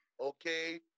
okay